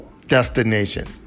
destination